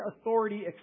authority